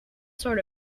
sort